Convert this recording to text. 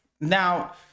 now